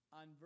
on